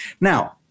Now